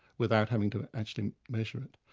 without having to actually measure it.